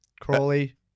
Crawley